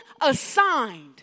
assigned